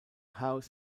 house